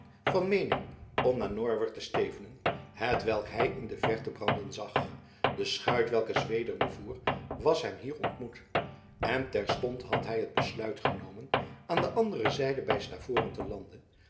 van meening om naar norwert te stevenen hetwelk hij in de verte branden zag de schuit welke zweder bevoer was hem hier ontmoet en terstond had hij het besluit genomen aan de andere zijde bij stavoren te landen